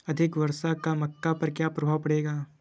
अधिक वर्षा का मक्का पर क्या प्रभाव पड़ेगा?